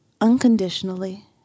unconditionally